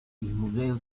museo